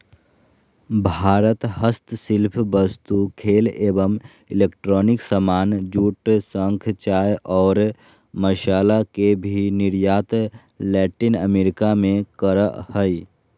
भारत हस्तशिल्प वस्तु, खेल एवं इलेक्ट्रॉनिक सामान, जूट, शंख, चाय और मसाला के भी निर्यात लैटिन अमेरिका मे करअ हय